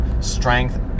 strength